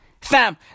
Fam